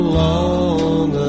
long